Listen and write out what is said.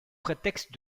prétexte